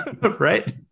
right